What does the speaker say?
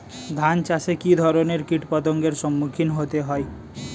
ধান চাষে কী ধরনের কীট পতঙ্গের সম্মুখীন হতে হয়?